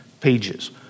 pages